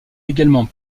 également